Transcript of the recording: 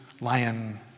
lion